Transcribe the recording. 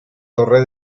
torre